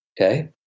Okay